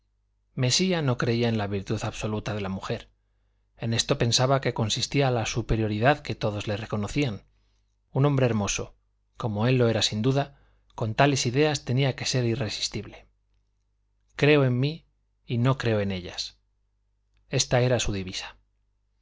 mesía no creía en la virtud absoluta de la mujer en esto pensaba que consistía la superioridad que todos le reconocían un hombre hermoso como él lo era sin duda con tales ideas tenía que ser irresistible creo en mí y no creo en ellas esta era su divisa